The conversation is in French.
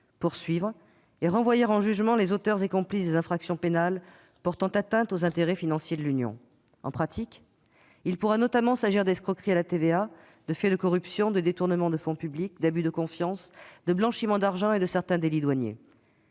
poursuivre et renvoyer en jugement les auteurs et complices des infractions pénales portant atteinte aux intérêts financiers de l'Union européenne. En pratique, il pourra notamment s'agir d'escroqueries à la TVA, de faits de corruption, de détournement de fonds publics, d'abus de confiance, de blanchiment d'argent et de certains délits douaniers.